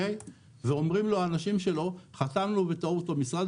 ואומרים לו האנשים שלו "..חתמנו בטעות או משרד